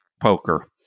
poker